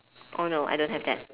oh no I don't have that